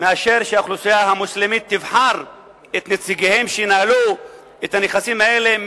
מאשר שהאוכלוסייה המוסלמית תבחר את נציגיהם שינהלו את הנכסים האלה,